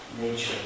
nature